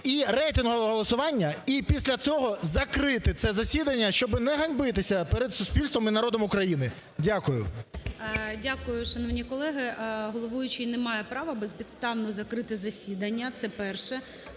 і рейтингове голосування. І після цього закрити це засідання, щоб не ганьбитися перед суспільством і народом України. Дякую. ГОЛОВУЮЧИЙ. Дякую, шановні колеги. Головуючий не має права безпідставно закрити засідання, це перше.